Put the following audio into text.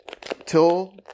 till